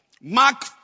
Mark